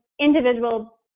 individual